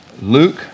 Luke